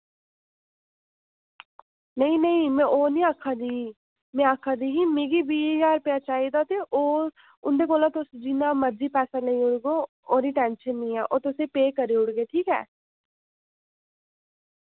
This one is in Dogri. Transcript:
नेईं नेईं मैं ओ नि आक्खा दी मैं आक्खा दी ही मिगी बीह् ज्हार रपेआ चाहिदा ते ओ उं'दे कोला तुस जिन्ना मर्जी पैसा ले लेयो ओह्दी टैंशन नि ऐ ओ तुसें पे करी ओड़गे ठीक ऐ